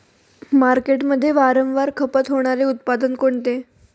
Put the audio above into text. मार्केटमध्ये वारंवार खपत होणारे उत्पादन कोणते?